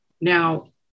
Now